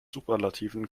superlativen